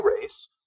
race